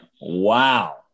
wow